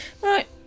Right